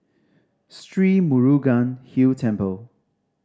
Sri Murugan Hill Temple